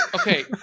okay